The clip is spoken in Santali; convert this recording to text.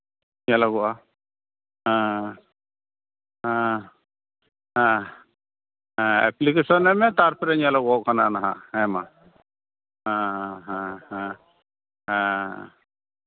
ᱧᱮᱞᱚᱜᱚᱜᱼᱟ ᱦᱮᱸ ᱦᱮᱸ ᱦᱮᱸ ᱮᱯᱞᱤᱠᱮᱥᱚᱱ ᱮᱢ ᱢᱮ ᱛᱟᱨᱯᱚᱨᱮ ᱧᱮᱞᱚᱜᱚᱜ ᱠᱟᱱᱟ ᱱᱟᱦᱟᱜ ᱦᱮᱸ ᱢᱟ ᱦᱮᱸ ᱦᱮᱸ ᱦᱮᱸ ᱦᱮᱸ